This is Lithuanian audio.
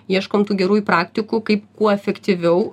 ieškom tų gerųjų praktikų kaip kuo efektyviau